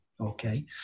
Okay